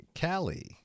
Callie